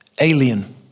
alien